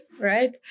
right